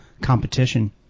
competition